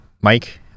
Mike